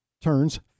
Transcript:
turns